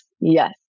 Yes